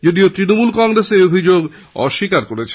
যদিও তৃণমূল কংগ্রেস এই অভিযোগ অস্বীকার করেছে